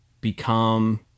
become